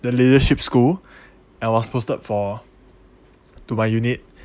the leadership school and was posted for to my unit